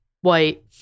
white